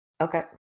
Okay